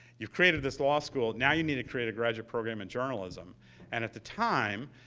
you created this law school. now you need to create a graduate program in journalism, and at the time,